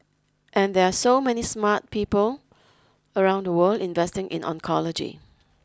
and there are so many smart people around the world investing in oncology